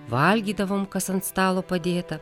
valgydavom kas ant stalo padėta